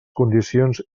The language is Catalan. condicions